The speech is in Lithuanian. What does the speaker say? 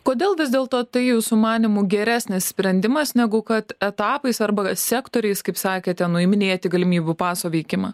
kodėl vis dėlto tai jūsų manymu geresnis sprendimas negu kad etapais arba sektoriais kaip sakėte nuiminėti galimybių paso veikimą